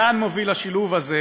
לאן מוביל השילוב הזה,